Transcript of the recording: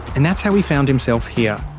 and that's how he found himself here.